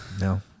No